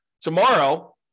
tomorrow